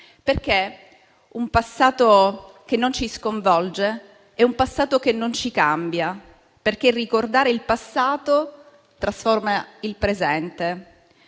Un passato che non ci sconvolge è un passato che non ci cambia, perché ricordare il passato trasforma il presente.